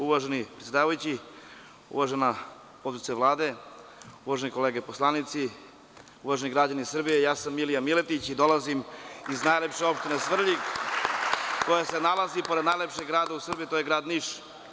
Uvaženi predsedavajući, uvažena potpredsednice Vlade, uvažene kolege poslanici, uvaženi građani Srbije, ja sam Milija Miletić i dolazim iz najlepše opštine Svrljig koja se nalazi pored najlepšeg grada u Srbiji, to je grad Niš.